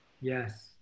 Yes